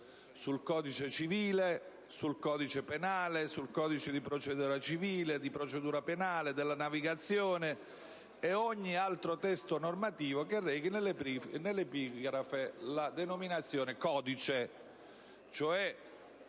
sul codice civile, sul codice penale, sul codice di procedura civile, sul codice di procedura penale, sul codice della navigazione e su ogni altro testo normativo che rechi nell'epigrafe la denominazione "codice".